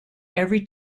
every